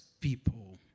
people